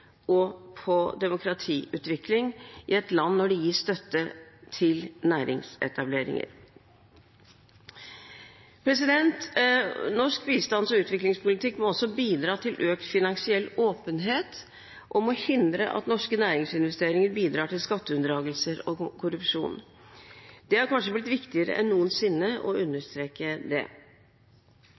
menneskerettigheter og demokratiutvikling i et land når det gis støtte til næringsetableringer. Norsk bistands- og utviklingspolitikk må bidra til økt finansiell åpenhet og hindre at norske næringsinvesteringer bidrar til skatteunndragelser og korrupsjon. Det har kanskje blitt viktigere enn noensinne å understreke det.